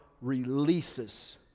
releases